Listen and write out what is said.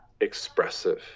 expressive